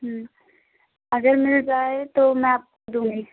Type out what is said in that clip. हम्म अगर मिल जाए तो मैं आप दूँगी